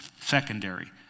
secondary